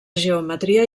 geometria